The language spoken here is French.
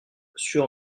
sur